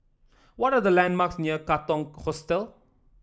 what are the landmarks near Katong Hostel